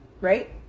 Right